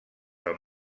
del